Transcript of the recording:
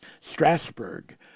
Strasbourg